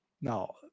Now